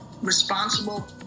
responsible